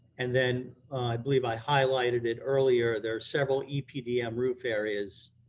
and then i believe i highlighted it earlier, there are several epdm roof areas,